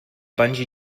bungee